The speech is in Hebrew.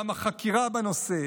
אולם החקירה בנושא,